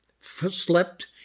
Slept